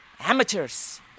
amateurs